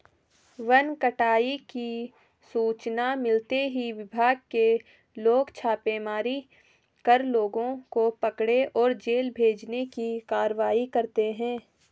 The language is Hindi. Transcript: वन कटाई की सूचना मिलते ही विभाग के लोग छापेमारी कर लोगों को पकड़े और जेल भेजने की कारवाई करते है